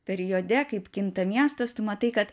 periode kaip kinta miestas tu matai kad